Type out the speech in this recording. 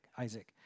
Isaac